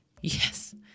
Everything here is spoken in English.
yes